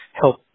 help